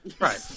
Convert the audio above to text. Right